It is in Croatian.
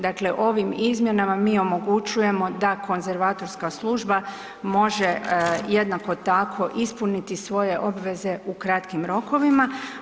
Dakle, ovim izmjenama mi omogućujemo da konzervatorska služba može jednako tako ispuniti svoje obveze u kratkim rokovima.